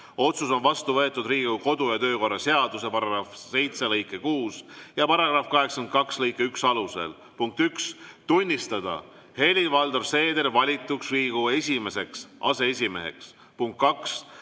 Otsus on vastu võetud Riigikogu kodu- ja töökorra seaduse § 7 lõike 6 ja § 82 lõike 1 alusel. Punkt üks, tunnistada Helir-Valdor Seeder valituks Riigikogu esimeseks aseesimeheks. Punkt